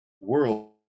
world